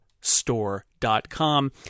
Store.com